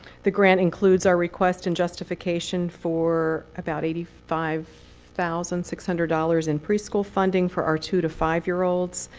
the grant includes our request and justification for about eighty five thousand six hundred dollars in preschool funding for our two to five-year-olds.